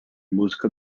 música